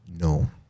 no